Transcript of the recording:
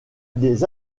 des